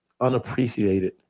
unappreciated